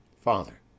father